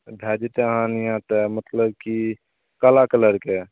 भए जेतय अहाँ यहाँ तऽ मतलब की काला कलरके